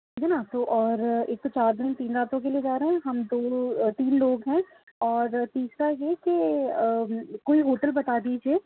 ٹھیک ہے نا تو اور ایک تو چار دن تین راتوں کے لیے جا رہے ہیں ہم دو تین لوگ ہیں اور تیسرا یہ کہ کوئی ہوٹل بتا دیجیے